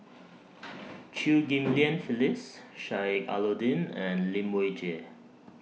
Chew Ghim Lian Phyllis Sheik Alau'ddin and Lai Weijie